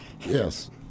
Yes